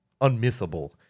unmissable